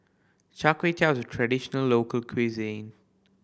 Char Kway Teow is a traditional local cuisine